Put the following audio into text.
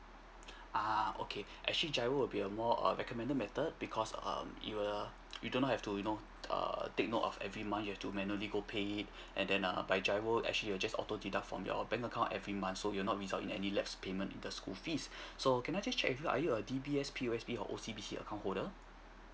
uh okay actually giro would be a more err recommended method because um you err you do not have to you know err take note of every month you have to manually go pay it and then err by giro actually it'll just auto deduct from your bank account every month so you will not result in any left payment in the school fees so can I just check with you are you a D_B_S P_O_S_B or O_C_B_C account holder